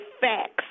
facts